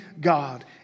God